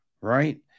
right